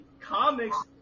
comics